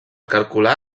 calcular